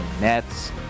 Nets